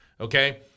okay